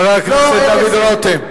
חבר הכנסת דוד רותם.